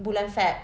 bulan feb~